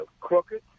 crooked